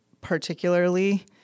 particularly